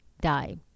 die